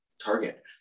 target